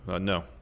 No